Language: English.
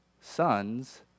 sons